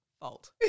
fault